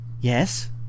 Yes